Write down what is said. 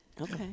Okay